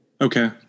okay